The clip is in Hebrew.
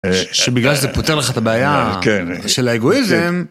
שבגלל שזה פותר לך את הבעיה של האגואיזם...